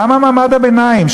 גם מעמד הביניים,